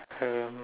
um